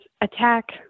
attack